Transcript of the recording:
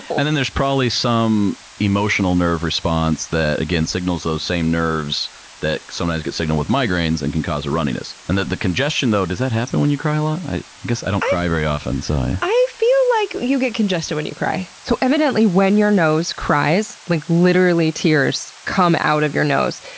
and then there's probably some emotional nerve response that again, signals those same nerves that sometimes get signaled with migraines and can cause a runniness. and that the congestion though, does that happen when you cry a lot? i guess i don't cry very often. so i feel like you get congested when you cry. so evidently, when your nose cries, like literally tears come out of your nose!